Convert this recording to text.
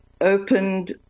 opened